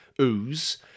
ooze